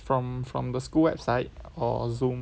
from from the school website or Zoom